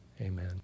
amen